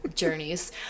Journeys